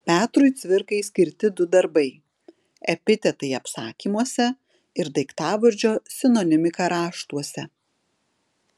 petrui cvirkai skirti du darbai epitetai apsakymuose ir daiktavardžio sinonimika raštuose